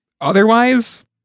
otherwise